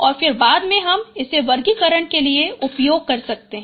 और फिर बाद में हम इसे वर्गीकरण के लिए उपयोग कर सकते हैं